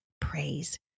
praise